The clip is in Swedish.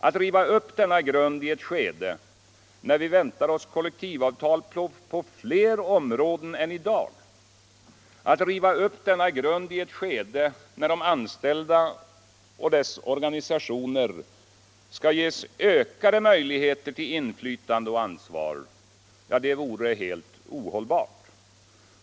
Att riva upp denna grund i ett skede när vi väntar oss kollektivavtal på fler områden än i dag, att riva upp denna grund i ett skede när de anställda och deras organisationer skall ges ökade möjligheter till inflytande och ansvar — det vore helt ohållbart.